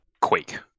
Quake